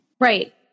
Right